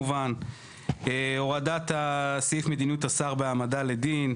למשל הורדת סעיף מדיניות השר בהעמדה לדין,